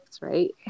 right